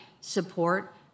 support